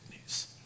news